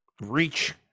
reach